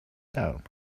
down